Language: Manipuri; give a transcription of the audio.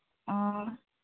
ꯑꯣ